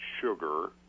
sugar